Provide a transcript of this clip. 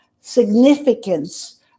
significance